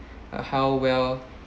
uh how well